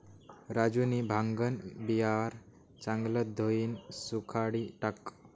राजूनी भांगन बिवारं चांगलं धोयीन सुखाडी टाकं